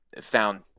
found